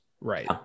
Right